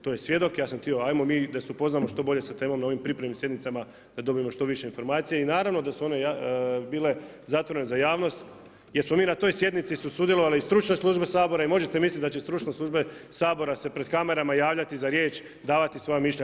To je svjedok, ajmo mi da se upoznamo što bolje sa temom na ovim pripremnim sjednicama, da dobijemo što više informacije i naravno da su one bile zatvorene za javnost, jer smo mi na toj sjednici, su sudjelovali i stručne službe Sabora i možete misliti da će stručne službe Sabora se pred kamermana davati za riječ, davati svoja mišljenja.